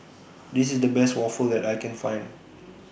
This IS The Best Waffle that I Can Find